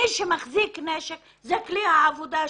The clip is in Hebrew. מי שמחזיק נשק, זה כלי העבודה שלו.